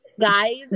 guys